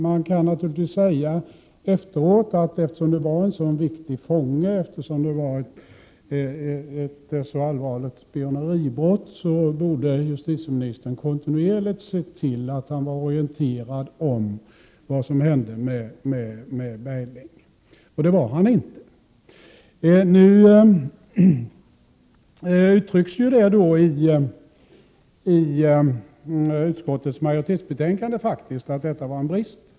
Man kan naturligtvis efteråt säga att justitieministern kontinuerligt borde ha orienterat sig om vad som hände med Bergling, eftersom han var en så viktig fånge på grund av att han hade begått ett så allvarligt spioneribrott. I betänkandets majoritetsskrivning uttrycker man också att detta var en brist.